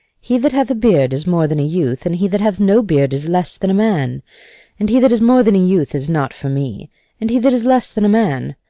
he that hath a beard is more than a youth, and he that hath no beard is less than a man and he that is more than a youth is not for me and he that is less than a man,